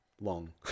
long